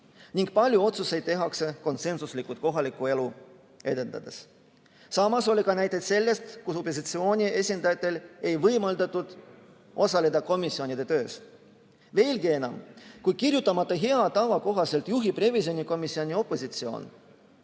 ning palju otsuseid tehakse konsensuslikult kohalikku elu edendades. Samas oli näiteid sellest, kus opositsiooni esindajatel ei võimaldatud osaleda komisjonide töös. Veelgi enam, kui kirjutamata hea tava kohaselt juhib revisjonikomisjoni opositsioon,